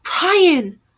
Brian